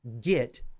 get